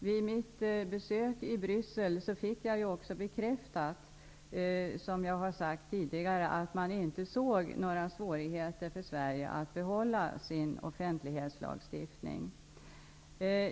Vid mitt besök i Bryssel fick jag också bekräftat, som jag sagt tidigare, att man inte såg några svårigheter för Sverige att behålla sin offentlighetslagstiftning.